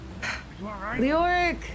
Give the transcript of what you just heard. Leoric